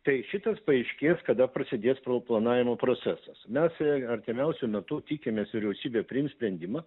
tai šitas paaiškės kada prasidės pro planavimo procesas mes artimiausiu metu tikimės vyriausybė priims sprendimą